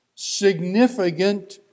significant